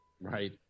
Right